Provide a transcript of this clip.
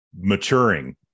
maturing